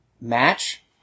Match